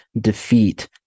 defeat